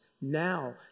now